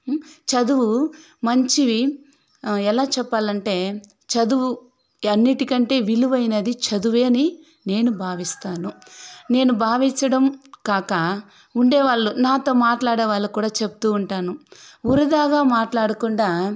చదువు మంచివి ఎలా చెప్పాలంటే చదువు అన్నింటికంటే విలువైనది చదువే అని నేను భావిస్తాను నేను భావించడం కాక ఉండేవాళ్లు నాతో మాట్లాడే వాళ్ళకి కూడా చెప్తూ ఉంటాను వృధాగా మాట్లాడుకుండా